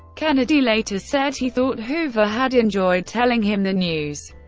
kennedy later said he thought hoover had enjoyed telling him the news.